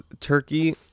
turkey